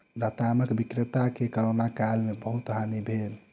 लतामक विक्रेता के कोरोना काल में बहुत हानि भेल